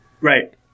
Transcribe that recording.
Right